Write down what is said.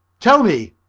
tell me,